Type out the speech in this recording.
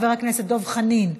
חבר הכנסת יוסף ג'בארין,